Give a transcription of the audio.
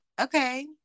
Okay